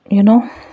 you know